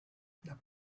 the